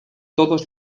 todos